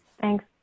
Thanks